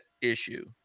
issue